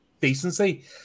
decency